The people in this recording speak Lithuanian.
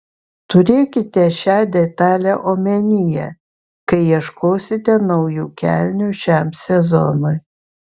turėkite šią detalę omenyje kai ieškosite naujų kelnių šiam sezonui